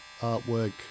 artwork